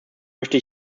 möchte